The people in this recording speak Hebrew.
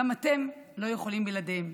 גם אתם לא יכולים בלעדיהם.